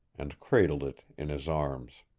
and cradled it in his arms.